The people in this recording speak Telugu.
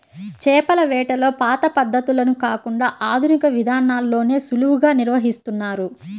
చేపల వేటలో పాత పద్ధతులను కాకుండా ఆధునిక విధానాల్లోనే సులువుగా నిర్వహిస్తున్నారు